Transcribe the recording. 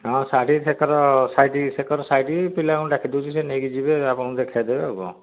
ହଁ ଶାଢ଼ୀ ସେକଡ଼ ସାଇଡ଼୍କୁ ସେକଡ଼ ସାଇଡ଼୍କୁ ପିଲାଙ୍କୁ ଡାକି ଦେଉଛି ସେ ନେଇକି ଯିବେ ଆପଣଙ୍କୁ ଦେଖାଇଦେବେ ଆଉ କ'ଣ